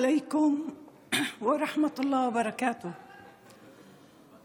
להלן תרגומם: שלום עליכם ורחמים וברכות מהאל.